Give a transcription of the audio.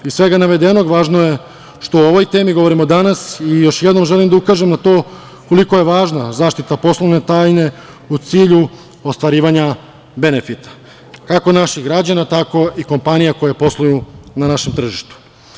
Iz svega navedenog važno je što o ovoj temi govorimo danas i još jednom želim da ukažem na to koliko je važna zaštita poslovne tajne u cilju ostvarivanja benefita kako naših građana, tako i kompanija koje posluju na našem tržištu.